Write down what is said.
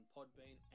Podbean